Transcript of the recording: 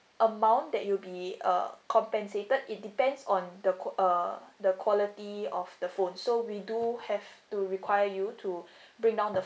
amount that you'll be uh compensated it depends on the co~ uh the quality of the phone so we do have to require you to bring down the